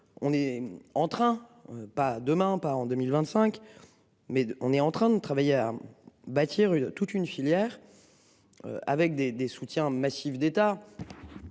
on est en train pas demain, pas en 2025 mais on est en train de travailler, à bâtir une toute une filière. Avec des des soutiens massifs d'État.